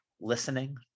listening